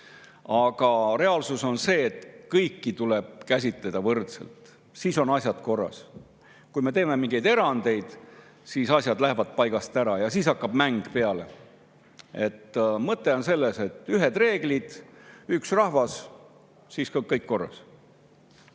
Aga reaalsus on see, et kõiki tuleb käsitleda võrdselt, siis on asjad korras. Kui me teeme mingeid erandeid, siis lähevad asjad paigast ära ja siis hakkab mäng peale. Mõte on selles, et ühed reeglid ja üks rahvas. Siis on kõik korras.